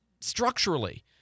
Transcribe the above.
structurally